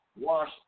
Wash